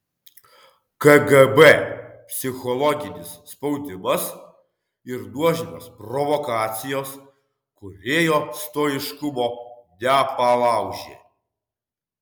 kgb psichologinis spaudimas ir nuožmios provokacijos kūrėjo stoiškumo nepalaužė